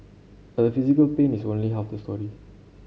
but the physical pain is only half the story